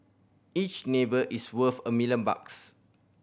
each neighbour is worth a million bucks